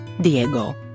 Diego